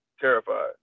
terrified